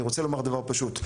אני רוצה לומר דבר פשוט.